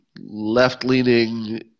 left-leaning